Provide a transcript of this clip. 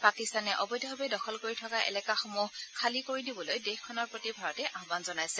পাকিস্তানে অবৈধভাৱে দখল কৰি থকা এলেকাসমূহ খালী কৰি দিবলৈ দেশখনৰ প্ৰতি ভাৰতে আহান জনাইছে